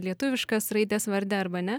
lietuviškas raides varde arba ne